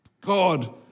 God